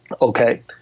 Okay